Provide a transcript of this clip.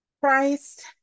Christ